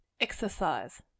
Exercise